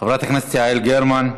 חברת הכנסת יעל גרמן,